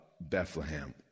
Bethlehem